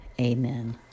amen